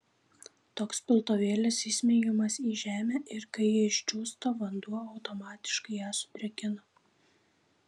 toks piltuvėlis įsmeigiamas į žemę ir kai ji išdžiūsta vanduo automatiškai ją sudrėkina